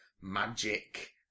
Magic